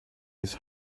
his